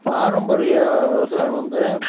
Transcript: பாரம்பரிய விவசாயம் வந்து